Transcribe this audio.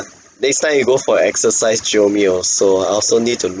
next time you go for exercise jio me also I also need to